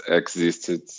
existed